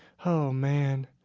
oh, man.